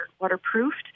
waterproofed